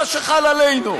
מה שחל עלינו?